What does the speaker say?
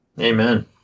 Amen